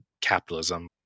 capitalism